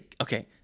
Okay